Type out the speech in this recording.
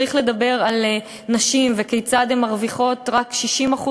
צריך לדבר על נשים וכיצד הן מרוויחות רק 60%,